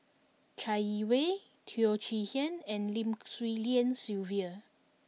Chai Yee Wei Teo Chee Hean and Lim Swee Lian Sylvia